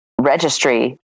registry